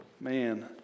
Man